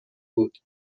بود